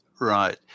Right